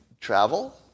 travel